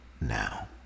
now